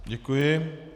Děkuji.